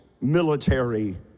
military